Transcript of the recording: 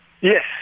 Yes